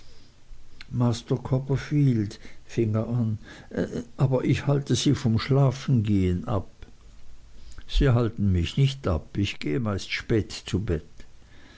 master copperfield fing er an aber ich halte sie vom schlafengehen ab sie halten mich nicht ab ich gehe meist spät zu bett